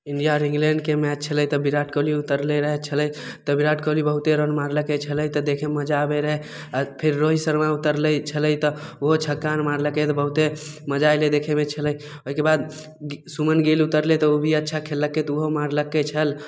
India आओर इंग्लैण्डके match छ्लै तऽ बिराट कोहली उतरलै रहए छ्लै तऽ बिराट कोहली बहुते रन मारलक छलै तऽ देखेमे मजा आबै रहै आ फिर रोहित शर्मा उतरलै छलै तऽ ओहो छक्का मारलकै तऽ बहुते मजा अइलै देखेमे छलै ओहिकेबाद सुमन गिल उतरलै तऽ भी अच्छा खेललकै तऽ ओहो मारलकै छल